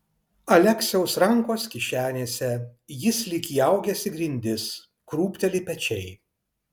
aleksiaus rankos kišenėse jis lyg įaugęs į grindis krūpteli pečiai